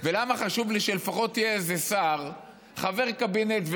ולמה חשוב לי שלפחות יהיה איזה שר חבר קבינט,